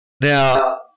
Now